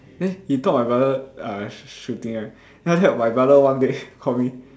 eh he thought my brother uh sh~ shooting ah then after that my brother one day call me